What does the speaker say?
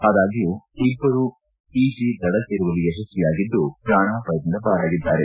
ಆದಾಗ್ಡ್ಯೂ ಇಬ್ಬರು ಈಜಿ ದಡ ಸೇರುವಲ್ಲಿ ಯಶಸ್ವಿಯಾಗಿದ್ದುಪ್ರಾಣಪಾಯದಿಂದ ಪಾರಾಗಿದ್ದಾರೆ